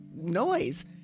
noise